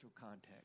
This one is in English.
context